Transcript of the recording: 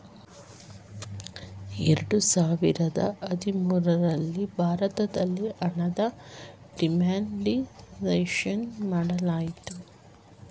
ಎರಡು ಸಾವಿರದ ಹದಿಮೂರಲ್ಲಿ ಭಾರತದಲ್ಲಿ ಹಣದ ಡಿಮಾನಿಟೈಸೇಷನ್ ಮಾಡಲಾಯಿತು